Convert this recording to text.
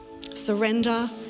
Surrender